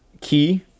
key